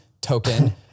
token